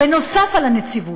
נוסף על הנציבות,